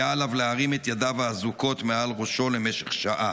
היה עליו להרים את ידיו האזוקות מעל ראשו למשך שעה.